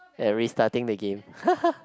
and restarting the game